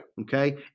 okay